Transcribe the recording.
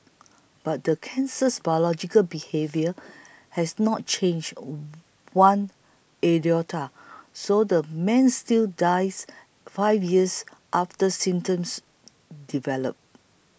but the cancer's biological behaviour has not changed one iota so the man still dies five years after symptoms develop